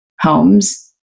homes